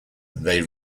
they